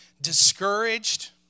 discouraged